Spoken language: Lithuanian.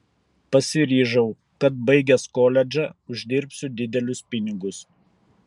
pasiryžau kad baigęs koledžą uždirbsiu didelius pinigus